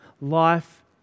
life